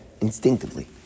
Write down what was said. instinctively